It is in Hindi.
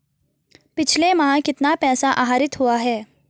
पिछले माह कितना पैसा आहरित हुआ है?